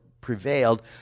prevailed